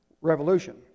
revolution